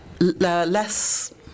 less